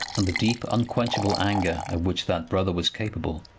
and the deep, unquenchable anger of which that brother was capable,